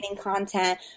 content